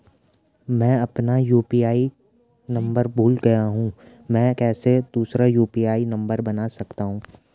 मैं अपना UPI number भूल गया हूँ मैं कैसे दूसरा यु.पी.आई नम्बर बना सकता हूँ?